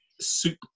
soup